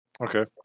Okay